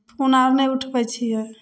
phone अहाँ नहि उठबै छियै